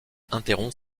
interrompt